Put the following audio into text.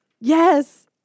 Yes